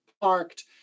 parked